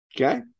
Okay